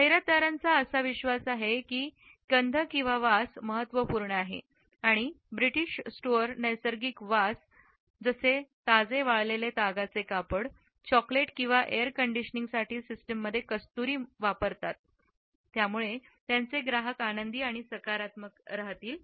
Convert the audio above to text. जाहिरातदारांचा असा विश्वास आहे की गंध महत्त्वपूर्ण आहे आणि ब्रिटिश स्टोअर नैसर्गिक वास जसे ताजे वाळवलेले तागाचे कापड चॉकलेट किंवा एअर कंडिशनिंग सिस्टममध्ये कस्तुरी म्हणून वापरतात त्यामुळे त्यांचे ग्राहक आनंदी आणि सकारात्मक राहतील